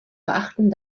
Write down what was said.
beachten